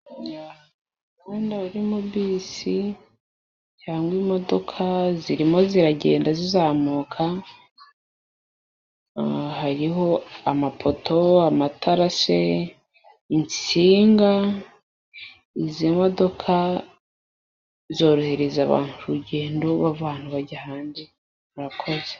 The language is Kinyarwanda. Umuhanda urimo bisi cyangwa imodoka, zirimo ziragenda zizamuka hariho amapoto, amatara se, insinga, izi modoka zorohereza abantu urugendo bava ahantu bajya ahandi murakoze.